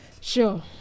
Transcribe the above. sure